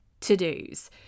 to-dos